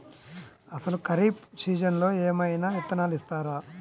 అసలు ఖరీఫ్ సీజన్లో ఏమయినా విత్తనాలు ఇస్తారా?